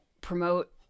promote